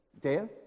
death